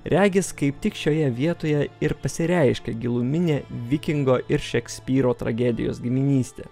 regis kaip tik šioje vietoje ir pasireiškia giluminė vikingo ir šekspyro tragedijos giminystė